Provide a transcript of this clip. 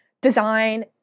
design